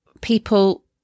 people